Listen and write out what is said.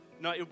no